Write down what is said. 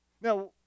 Now